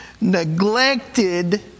neglected